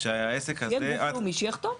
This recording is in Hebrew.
שהעסק הזה --- שיהיה גוף לאומי שיחתום.